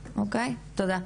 אוקיי, תודה.